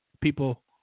people